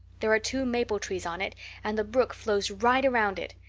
there are two maple trees on it and the brook flows right around it.